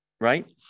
right